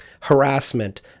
harassment